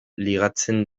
ligatzen